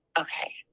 Okay